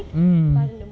mm